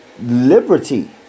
liberty